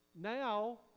now